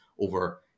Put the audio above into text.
over